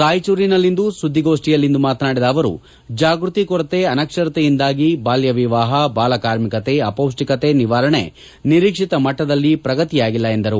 ರಾಯಚೂರಿನಲ್ಲಿಂದು ಸುದ್ದಿಗೊಪ್ಠಿಯಲ್ಲಿಂದು ಮಾತನಾಡಿದ ಅವರು ಜಾಗೃತಿ ಕೊರತೆ ಅನಕ್ಷರತೆಯಿಂದಾಗಿ ಬಾಲ್ಯವಿವಾಹ ಬಾಲಕಾರ್ಮಿಕತೆ ಅಪೌಷ್ಠಿಕತೆ ನಿವಾರಣೆ ನಿರೀಕ್ಷಿತ ಮಟ್ಟದಲ್ಲಿ ಪ್ರಗತಿಯಾಗಿಲ್ಲ ಎಂದರು